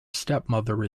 stepmother